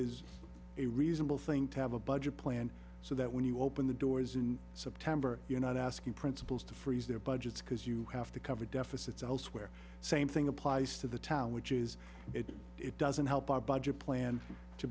is a reasonable thing to have a budget plan so that when you open the doors in september you're not asking principals to freeze their budgets because you have to cover deficits elsewhere same thing applies to the town which is it doesn't help our budget plan to